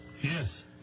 Yes